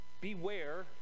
Beware